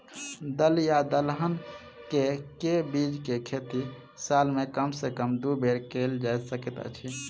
दल या दलहन केँ के बीज केँ खेती साल मे कम सँ कम दु बेर कैल जाय सकैत अछि?